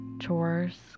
Chores